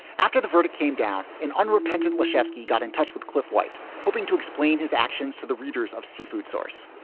after the verdict came down, an unrepentant laskowski got in touch with cliff white, hoping to explain his actions to the readers of seafood sauce,